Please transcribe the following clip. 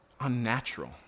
unnatural